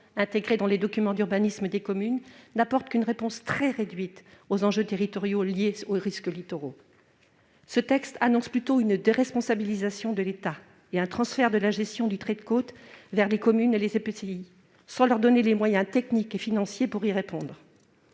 intégrée dans les documents d'urbanisme des communes, n'apporte qu'une réponse très réduite aux enjeux territoriaux liés aux risques littoraux. Ce texte annonce une déresponsabilisation de l'État et un transfert de la gestion du trait de côte vers les communes et les EPCI, sans leur donner les moyens techniques et financiers pour y répondre.